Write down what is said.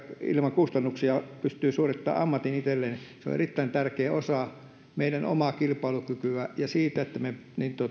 ilman kustannuksia pystyy suorittamaan ammatin itselleen on erittäin tärkeä osa meidän omaa kilpailukykyämme ja sitä että me